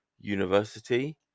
university